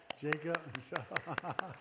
Jacob